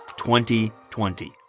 2020